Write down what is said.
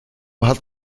hat